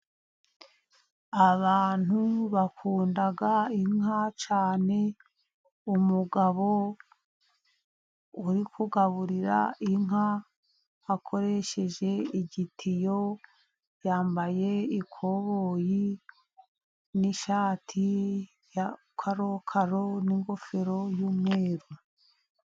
Abantu bakunda inka cyane, umugabo uri kugaburira inka akoresheje igitiyo, yambaye ikoboyi n'ishati ya Karokaro n'ingofero y'umweru.